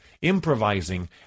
improvising